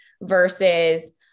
versus